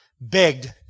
begged